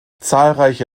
zahlreiche